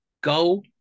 go